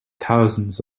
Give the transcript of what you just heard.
thousands